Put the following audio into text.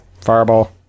Fireball